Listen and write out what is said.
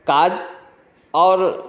काज आओर